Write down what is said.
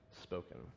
spoken